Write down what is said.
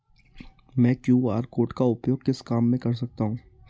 मैं QR code का उपयोग किस काम में कर सकता हूं?